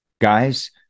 Guys